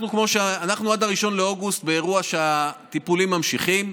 עד 1 באוגוסט אנחנו באירוע שהטיפולים נמשכים,